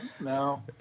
no